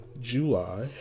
July